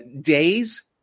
days